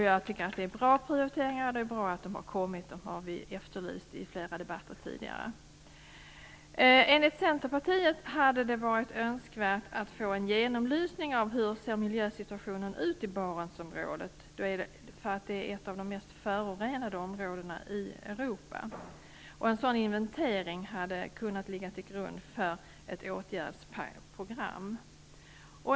Jag tycker att det är bra prioriteringar. Det är bra att de har kommit. Vi har efterlyst dem i flera debatter tidigare. Enligt Centerpartiet hade det varit önskvärt att få en genomlysning av hur miljösituationen ser ut i Barentsområdet. Det är ett av de mest förorenade områdena i Europa. En sådan inventering hade kunnat ligga till grund för ett åtgärdsprogram.